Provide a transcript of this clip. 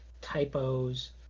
typos